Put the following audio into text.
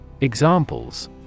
Examples